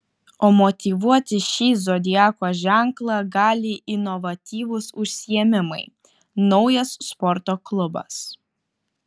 o motyvuoti šį zodiako ženklą gali inovatyvūs užsiėmimai naujas sporto klubas